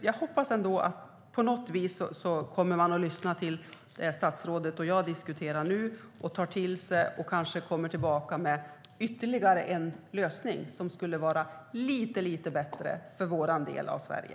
Jag hoppas att man på något vis kommer att lyssna till det som statsrådet och jag diskuterar nu, att man tar till sig det och kanske kommer tillbaka med ytterligare en lösning som skulle vara lite bättre för vår del av Sverige.